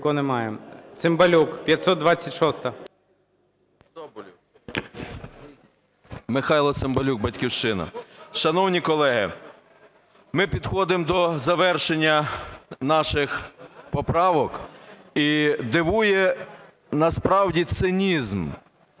Михайло Цимбалюк, "Батьківщина". Шановні колеги, ми підходимо до завершення наших поправок. І дивує насправді цинізм,